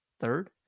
third